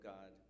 God